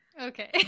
Okay